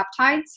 peptides